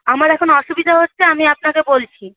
আমার এখন অসুবিধে হচ্ছে আমি আপনাকে বলছি